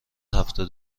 هفتاد